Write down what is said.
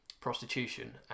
prostitution